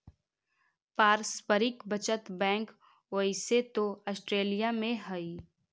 पारस्परिक बचत बैंक ओइसे तो ऑस्ट्रेलिया में हइ